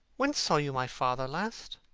when saw you my father last?